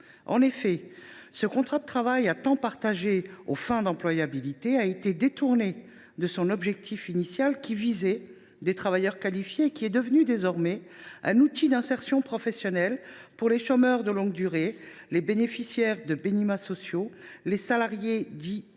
En effet, le contrat de travail à temps partagé aux fins d’employabilité a été détourné de son objectif initial, qui visait des travailleurs qualifiés ; il est désormais un outil d’insertion professionnelle pour les chômeurs de longue durée, les bénéficiaires de minima sociaux, les salariés dits peu